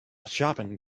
shopping